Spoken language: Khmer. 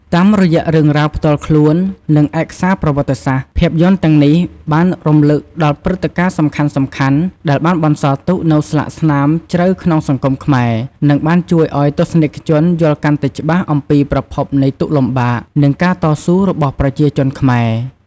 តាមរយៈរឿងរ៉ាវផ្ទាល់ខ្លួន និងឯកសារប្រវត្តិសាស្ត្រ ភាពយន្តទាំងនេះបាន រំលឹកដល់ព្រឹត្តិការណ៍សំខាន់ៗ ដែលបានបន្សល់ទុកនូវស្លាកស្នាមជ្រៅក្នុងសង្គមខ្មែរ និងបានជួយឱ្យទស្សនិកជនយល់កាន់តែច្បាស់អំពីប្រភពនៃទុក្ខលំបាក និងការតស៊ូរបស់ប្រជាជនខ្មែរ។